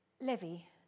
Levy